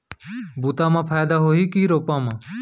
बुता म फायदा होही की रोपा म?